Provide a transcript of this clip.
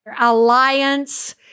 alliance